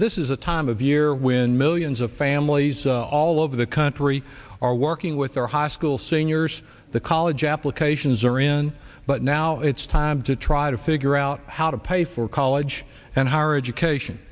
this is a time of year when millions of families all over the country are working with their high school seniors the college applications are in but now it's time to try to figure out how to pay for college and higher education